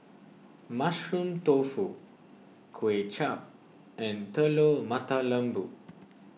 Mushroom Tofu Kuay Chap and Telur Mata Lembu